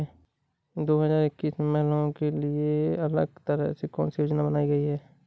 दो हजार इक्कीस में महिलाओं के लिए अलग तरह की कौन सी योजना बनाई गई है?